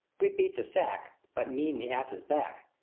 we beat the sack, but mean the ass's back.